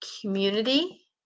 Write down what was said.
community